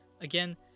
Again